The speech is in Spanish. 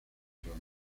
trono